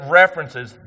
references